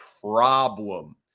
problem